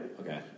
Okay